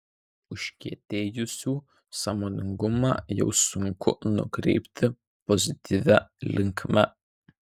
užkietėjusių sąmoningumą jau sunku nukreipti pozityvia linkme